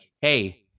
hey